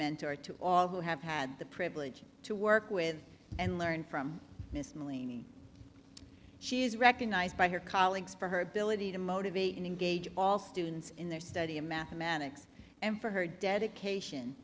mentor to all who have had the privilege to work with and learn from miss milly she is recognized by her colleagues for her ability to motivate and engage all students in their study of mathematics and for her dedication